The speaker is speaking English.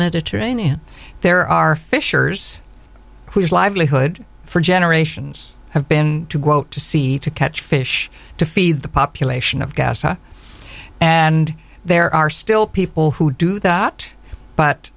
mediterranean there are fishers whose livelihood for generations have been to quote to sea to catch fish to feed the population of gaza and there are still people who do that but